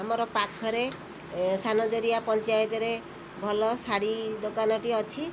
ଆମର ପାଖରେ ସାନ ଜରିଆ ପଞ୍ଚାୟତରେ ଭଲ ଶାଢ଼ୀ ଦୋକାନ ଟିଏ ଅଛି